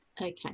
Okay